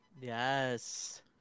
Yes